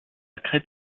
crête